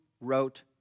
wrote